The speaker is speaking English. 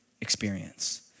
experience